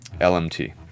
LMT